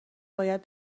باید